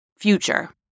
Future